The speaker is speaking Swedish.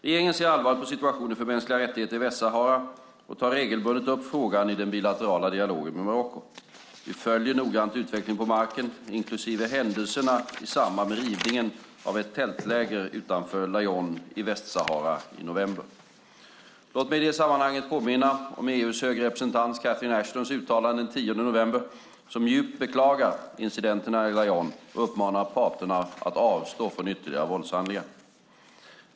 Regeringen ser allvarligt på situationen för mänskliga rättigheter i Västsahara och tar regelbundet upp frågan i den bilaterala dialogen med Marocko. Vi följer noggrant utvecklingen på marken, inklusive händelserna i samband med rivningen av ett tältläger utanför Laayoune i Västsahara i november. Låt mig i det sammanhanget påminna om EU:s höga representant Catherine Ashtons uttalande den 10 november som djupt beklagar incidenterna i Laayoune och uppmanar parterna att avstå från ytterligare våldshandlingar.